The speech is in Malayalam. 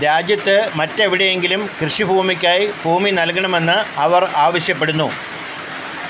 രാജ്യത്ത് മറ്റെവിടെയെങ്കിലും കൃഷിക്കായി ഭൂമി നൽകണമെന്ന് അവർ ആവശ്യപ്പെടുന്നു